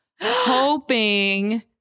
hoping